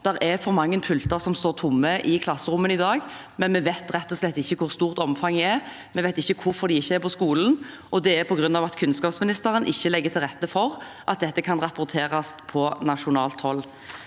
for mange pulter som står tomme i klasserommene i dag, men vi vet rett og slett ikke hvor stort omfanget er, vi vet ikke hvorfor de ikke er på skolen, og det er på grunn av at kunnskapsministeren ikke legger til rette for at dette kan rapporteres på nasjonalt hold.